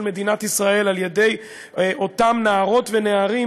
מדינת ישראל על-ידי אותם נערות ונערים,